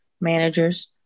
managers